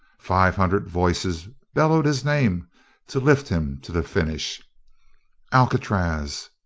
five hundred voices bellowed his name to lift him to the finish alcatraz!